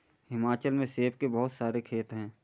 हिमाचल में सेब के बहुत सारे खेत हैं